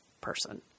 person